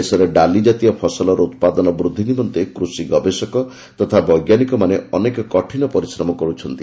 ଦେଶରେ ଡାଲିଜାତୀୟ ଫସଲର ଉତ୍ପାଦନ ବୃଦ୍ଧି ନିମନ୍ତେ କୃଷି ଗବେଷକ ତଥା ବୈଜ୍ଞାନିକମାନେ ଅନେକ କଠିନ ପରିଶ୍ରମ କରିଛନ୍ତି